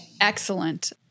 Excellent